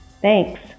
Thanks